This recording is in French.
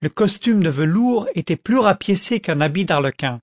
le costume de velours était plus rapiécé qu'un habit d'arlequin